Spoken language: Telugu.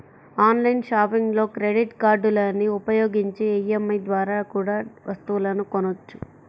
ఆన్లైన్ షాపింగ్లో క్రెడిట్ కార్డులని ఉపయోగించి ఈ.ఎం.ఐ ద్వారా కూడా వస్తువులను కొనొచ్చు